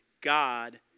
God